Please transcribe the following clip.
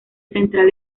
central